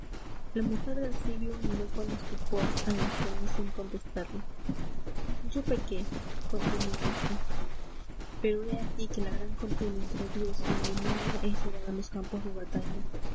la mujer del siglo miró con estupor al anciano sin contestarle yo pequé continuó este pero he aquí que la gran contienda entre dios y el demonio es llevada a los campos de batalla